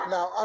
Now